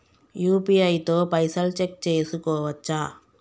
UPI తో పైసల్ check చేసుకోవచ్చా?